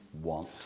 want